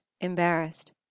embarrassed